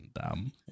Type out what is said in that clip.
dumb